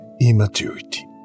immaturity